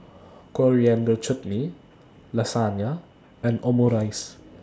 Coriander Chutney Lasagne and Omurice